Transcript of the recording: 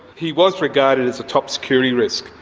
he was regarded as a top security risk.